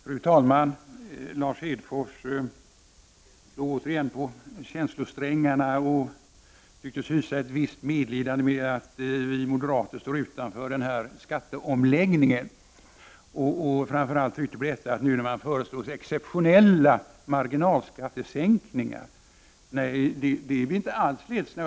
Fru talman! Lars Hedfors slår återigen på känslorsträngarna. Han tycktes hysa ett visst medlidande med oss moderater, som står utanför skatteomläggningen. Framför allt tryckte han på att man nu föreslår exceptionella marginalskattesänkningar. Nej, det är vi inte alls ledsna för.